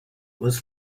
was